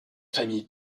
famille